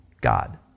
God